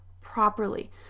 properly